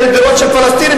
אלה דירות של פלסטינים,